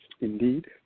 Indeed